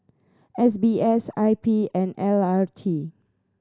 S B S I P and L R T